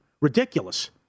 Ridiculous